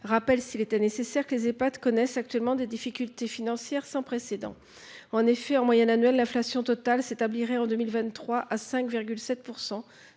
rappeler, s’il en était encore besoin, que les Ehpad connaissent actuellement des difficultés financières sans précédent. En moyenne annuelle, l’inflation totale s’établirait en 2023 à 5,7